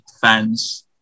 fans